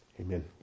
Amen